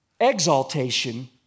exaltation